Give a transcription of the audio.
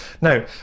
Now